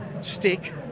stick